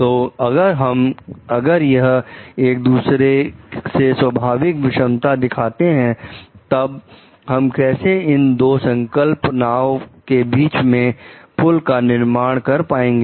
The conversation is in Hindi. तो अगर यह एक दूसरे से स्वभाव में विषमता दिखाते हैं तो तब हम कैसे इन दो संकल्प नाव के बीच में पुल का निर्माण कर पाएंगे